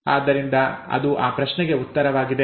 ಆದ್ದರಿಂದ ಅದು ಆ ಪ್ರಶ್ನೆಗೆ ಉತ್ತರವಾಗಿದೆ